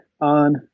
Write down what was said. on